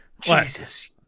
Jesus